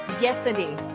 yesterday